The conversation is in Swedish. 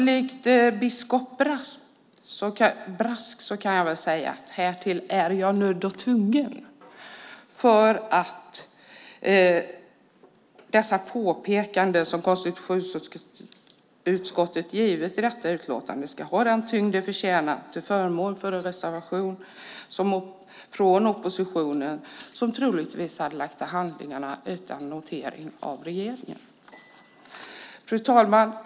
Likt biskop Brask kan jag således säga att härtill är jag nödd och tvungen för att de påpekanden som konstitutionsutskottet givit i detta utlåtande ska ha den tyngd de förtjänar, detta till förmån för en reservation från oppositionen som troligtvis hade lagts till handlingarna utan notering av regeringen. Fru talman!